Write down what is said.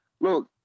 look